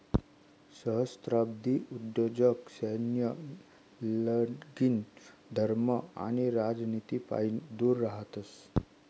सहस्त्राब्दी उद्योजक सैन्य, लगीन, धर्म आणि राजनितीपाईन दूर रहातस